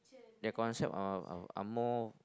their concepts are are are more